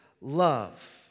love